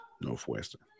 Northwestern